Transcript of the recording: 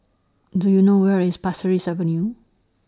Do YOU know Where IS Pasir Ris Avenue